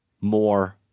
more